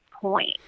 point